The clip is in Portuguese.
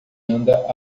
anda